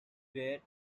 where